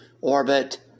orbit